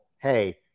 Hey